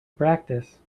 practice